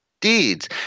deeds